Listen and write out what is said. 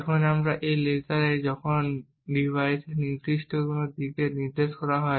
এখন এই লেজারটি যখন ডিভাইসের নির্দিষ্ট কোনো দিকে নির্দেশ করা হয়